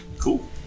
Cool